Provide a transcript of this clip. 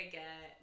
get